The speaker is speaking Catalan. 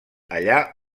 allà